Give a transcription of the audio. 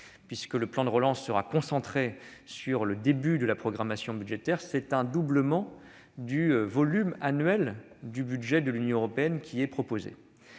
d'euros. Le plan de relance sera concentré sur le début de la programmation budgétaire. C'est donc un doublement du budget annuel de l'Union européenne qui est proposé